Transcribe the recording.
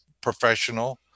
professional